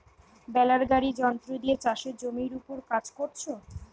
বেলার গাড়ি যন্ত্র দিয়ে চাষের জমির উপর কাজ কোরছে